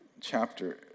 chapter